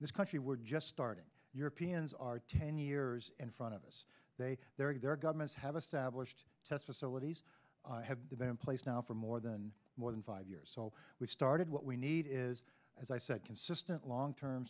this country we're just starting europeans are ten years in front of us they bury their governments have established test facilities have been in place now for more than more than five years so we've started what we need is as i said consistent long term